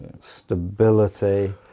stability